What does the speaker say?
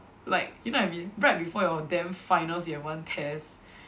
like you know what I mean right before your damn finals you have one test